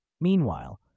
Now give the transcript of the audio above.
Meanwhile